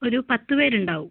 ഒരു പത്ത് പേർ ഉണ്ടാവും